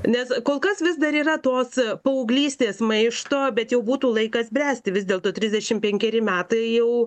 nes kol kas vis dar yra tos paauglystės maišto bet jau būtų laikas bręsti vis dėlto trisdešim penkeri metai jau